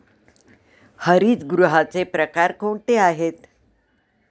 हरितगृहाचे प्रकार कोणते आहेत?